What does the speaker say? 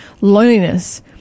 loneliness